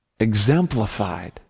exemplified